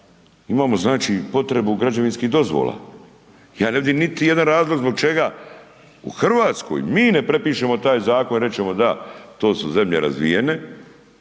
imamo znači potrebu građevinskih dozvola, ja ne vidim niti jedan razlog zbog čega u Hrvatskoj mi ne prepišemo taj zakon i reći ćemo to su zemlje razvijene,